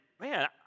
man